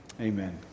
amen